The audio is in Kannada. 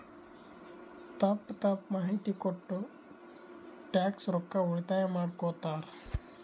ತಪ್ಪ ತಪ್ಪ ಮಾಹಿತಿ ಕೊಟ್ಟು ಟ್ಯಾಕ್ಸ್ ರೊಕ್ಕಾ ಉಳಿತಾಯ ಮಾಡ್ಕೊತ್ತಾರ್